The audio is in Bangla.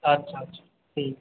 আচ্ছা আচ্ছা ঠিক আছে